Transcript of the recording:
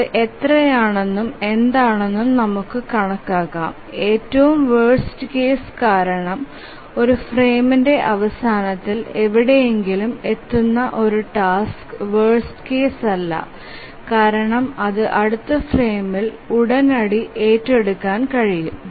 ഇത് എത്രയാണെന്നും എന്താണെന്നും നമുക്ക് കണക്കാക്കാം ഏറ്റവും വേർസ്റ് കേസ് കാരണം ഒരു ഫ്രെയിമിന്റെ അവസാനത്തിൽ എവിടെയെങ്കിലും എത്തുന്ന ഓരോ ടാസ്കുo വേർസ്റ് കേസ് അല്ല കാരണം അത് അടുത്ത ഫ്രെയിമിൽ ഉടനടി ഏറ്റെടുക്കാൻ കഴിയും